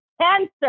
cancer